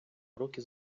руки